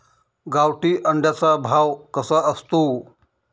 गावठी अंड्याचा भाव कसा असतो?